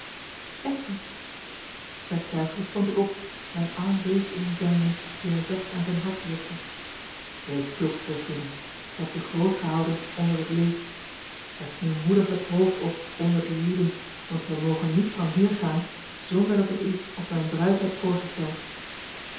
eckbert werktuiglijk stond ik op mijn arm beefde in den zijnen dien hij zacht aan zijn hart drukte wees kloek regina gij hebt u groot gehouden onder het leed hef nu moedig het hoofd op onder die lieden want zij mogen niet van hier gaan zonder dat ik u als mijne bruid heb voorgesteld